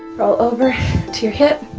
roll over to your hip